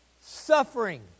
suffering